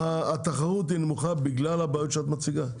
התחרות היא נמוכה בגלל הבעיות שאת מציגה?